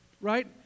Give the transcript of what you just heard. Right